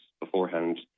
beforehand